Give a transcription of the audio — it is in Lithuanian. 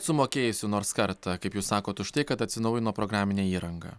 sumokėjusi nors kartą kaip jūs sakot už tai kad atsinaujino programinė įranga